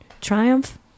Triumph